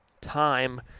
time